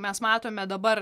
mes matome dabar